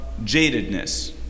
jadedness